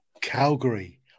Calgary